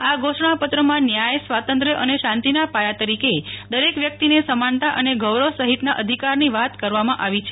આ ઘોષણાપત્રમાં ન્યાય સ્વાતંત્ર્ય અને શાંતિના પાયા તરીકે દરેક વ્યક્તિને સમાનતા અને ગૌરવ સહિતના અધિકારની વાત કરવામાં આવી છે